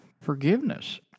forgiveness